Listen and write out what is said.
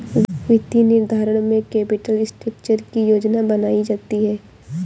वित्तीय निर्धारण में कैपिटल स्ट्रक्चर की योजना बनायीं जाती है